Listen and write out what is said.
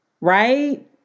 right